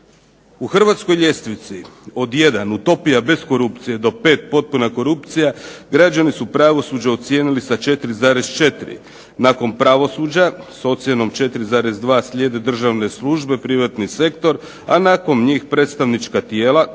U hrvatskoj ljestvici od jedan utopija bez korupcije do pet potpuna korupcija građani su pravosuđe ocijenili 4,4. nakon pravosuđa s ocjenom 4,2 slijede državne službe, privatni sektor, a nakon njih predstavnička tijela,